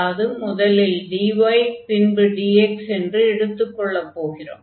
அதாவது முதலில் dy பின்பு dx என்று எடுத்துக்கொள்ளப் போகிறோம்